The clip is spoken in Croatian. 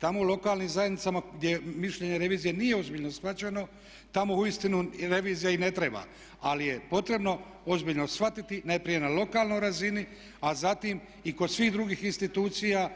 Tamo u lokalnim zajednicama gdje mišljenje revizije nije ozbiljno shvaćeno tamo uistinu revizija i ne treba, ali je potrebno ozbiljno shvatiti najprije na lokalnoj razini, a zatim i kod svih drugih institucija